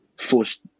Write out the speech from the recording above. forced